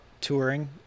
touring